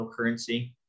cryptocurrency